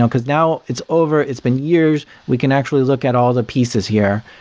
um because now it's over it's been years. we can actually look at all the pieces here.